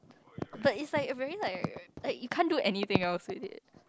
but it's like a very like like you can't do anything else with it